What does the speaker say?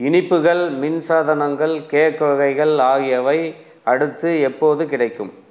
இனிப்புகள் மின் சாதனங்கள் கேக் வகைகள் ஆகியவை அடுத்து எப்போது கிடைக்கும்